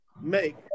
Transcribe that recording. make